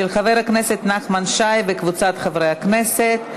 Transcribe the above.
של חבר הכנסת נחמן שי וקבוצת חברי הכנסת.